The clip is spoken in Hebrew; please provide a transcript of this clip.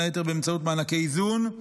בין היתר באמצעות מענקי איזון,